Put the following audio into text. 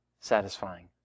satisfying